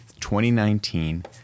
2019